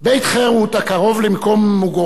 הקרוב למקום מגוריו של עמוס,